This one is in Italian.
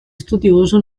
studioso